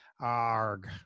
Arg